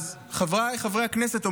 אז חבריי חברי הכנסת,